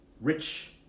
rich